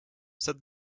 said